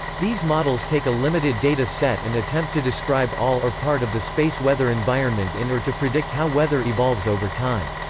these models take a limited data set and attempt to describe all or part of the space weather environment in or to predict how weather evolves over time.